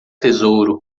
tesouro